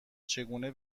چگونه